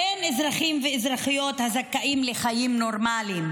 אין אזרחים ואזרחיות הזכאים לחיים נורמליים,